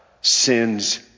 sin's